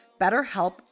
BetterHelp